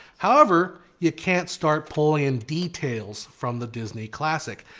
however you can't start pulling in details from the disney classic.